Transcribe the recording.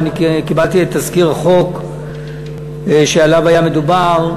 ואני קיבלתי את תזכיר החוק שעליו היה מדובר,